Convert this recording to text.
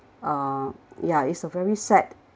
uh ya it's a very sad